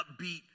upbeat